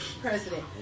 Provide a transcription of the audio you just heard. president